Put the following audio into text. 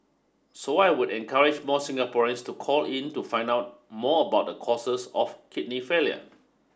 so I would encourage more Singaporeans to call in to find out more about the causes of kidney failure